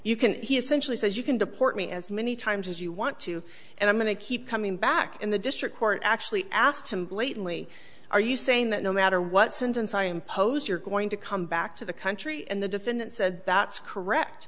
you can he essentially says you can deport me as many times as you want to and i'm going to keep coming back in the district court actually asked him blatantly are you saying that no matter what sentence i impose you're going to come back to the country and the defendant said that's correct